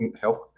health